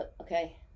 okay